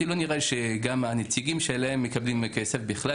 שגם הנציגים שלהם מקבלים כסף בכלל.